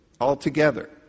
altogether